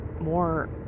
more